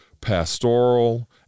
pastoral